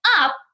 up